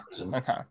Okay